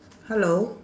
hello